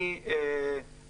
אדוני היושב-ראש,